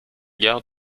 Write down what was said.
gares